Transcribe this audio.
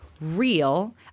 real